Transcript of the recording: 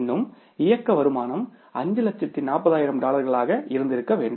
இன்னும் இயக்க வருமானம் 540000 டாலர்களாக இருந்திருக்க வேண்டும்